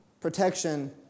protection